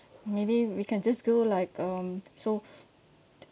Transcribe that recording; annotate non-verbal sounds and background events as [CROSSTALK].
maybe we can just go like um so [BREATH]